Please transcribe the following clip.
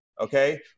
okay